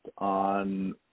on